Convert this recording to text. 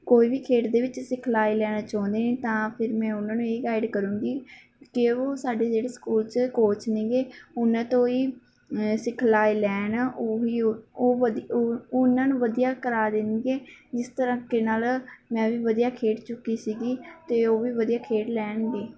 ਕੋਈ ਵੀ ਖੇਡ ਦੇ ਵਿੱਚ ਸਿਖਲਾਈ ਲੈਣਾ ਚਾਹੁੰਦੇ ਨੇ ਤਾਂ ਫਿਰ ਮੈਂ ਉਹਨਾਂ ਨੂੰ ਇਹ ਗਾਈਡ ਕਰੂੰਗੀ ਕਿ ਉਹ ਸਾਡੇ ਜਿਹੜੇ ਸਕੂਲ 'ਚ ਕੋਚ ਨੇ ਗੇ ਉਹਨਾਂ ਤੋਂ ਹੀ ਅ ਸਿਖਲਾਈ ਲੈਣ ਉਹੀ ਉਹ ਉਹ ਵਧੀ ਉਹ ਉਹਨਾਂ ਨੂੰ ਵਧੀਆ ਕਰਾ ਦੇਣਗੇ ਜਿਸ ਤਰੀਕੇ ਨਾਲ ਮੈਂ ਵੀ ਵਧੀਆ ਖੇਡ ਚੁੱਕੀ ਸੀਗੀ ਅਤੇ ਉਹ ਵੀ ਵਧੀਆ ਖੇਡ ਲੈਣਗੇ